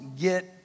get